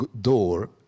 door